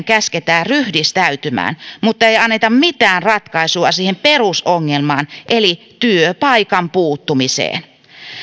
käsketään ryhdistäytymään mutta ei anneta mitään ratkaisua siihen perusongelmaan eli työpaikan puuttumiseen